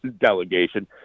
delegation